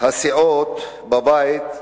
הסיעות בבית,